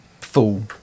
full